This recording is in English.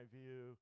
view